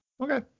Okay